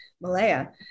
Malaya